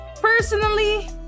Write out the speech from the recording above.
personally